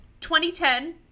2010